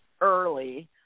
early